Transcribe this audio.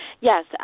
Yes